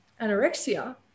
anorexia